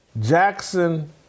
Jackson